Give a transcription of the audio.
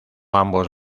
ambos